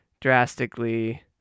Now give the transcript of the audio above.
drastically